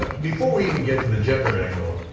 ah before we even get to the gender angle.